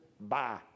bye